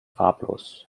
farblos